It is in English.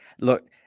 look